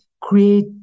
create